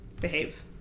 behave